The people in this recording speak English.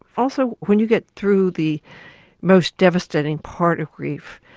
also when you get through the most devastating part of grief,